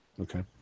Okay